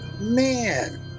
Man